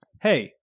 Hey